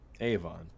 Avon